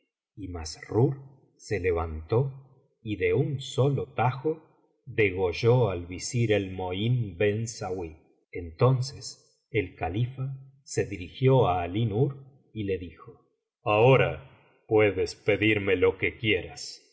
y massrur se levantó y de un solo tajo degolló al visir el mohm ben sauí entonces el califa se dirigió á alí nur y le dijo ahora puedes pedirme lo que quieras